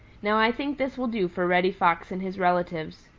now i think this will do for reddy fox and his relatives.